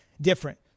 different